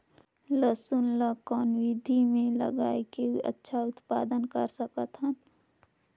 लसुन ल कौन विधि मे लगाय के अच्छा उत्पादन कर सकत हन?